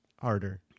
harder